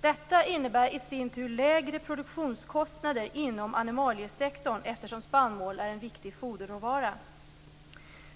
Detta innebär i sin tur lägre produktionskostnader inom animaliesektorn, eftersom spannmål är en viktig foderråvara.